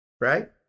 right